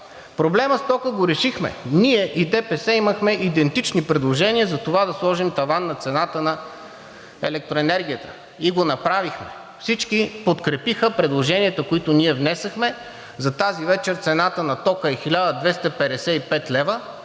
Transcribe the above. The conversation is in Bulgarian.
Проблемът с тока го решихме. Ние и ДПС имахме идентични предложения за това да сложим таван на цената на електроенергията и го направихме. Всички подкрепиха предложенията, които ние внесохме. За тази вечер цената на тока е 1255 лв.